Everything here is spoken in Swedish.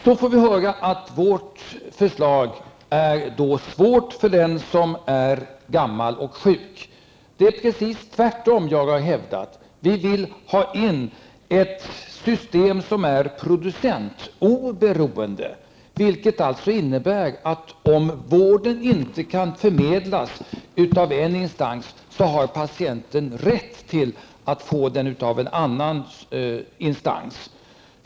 Vi får höra att vårt förslag slår hårt mot den som är gammal och sjuk. Det är precis tvärtom, har jag hävdat. Vi vill ha ett system som är producentoberoende, vilket alltså innebär att om vården inte kan förmedlas av en instans har patienten rätt att få den av en annan instans.